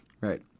Right